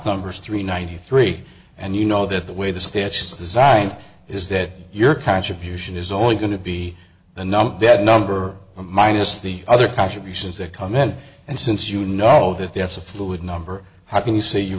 number is three ninety three and you know that the way the statutes designed is that your contribution is only going to be the number that number minus the other contributions that comment and since you know that that's a fluid number how can you say you